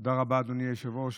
תודה רבה, אדוני היושב-ראש.